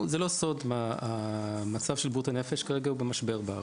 זה לא סוד המצב של בריאות הנפש בארץ הוא במשבר כרגע.